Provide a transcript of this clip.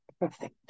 perfect